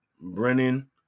Brennan